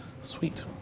sweet